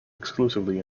exclusively